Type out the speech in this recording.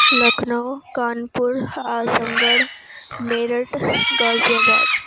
Lucknow Kanpur Azamgarh Meerut غازی آباد